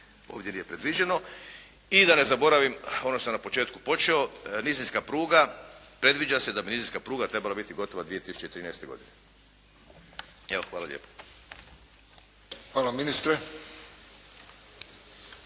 ovdje nije predviđeno. I da ne zaboravim ono što sam na početku počeo. Nizinska pruga, predviđa se da bi nizinska pruga trebala biti gotova 2013. godine. Evo hvala lijepo. **Friščić,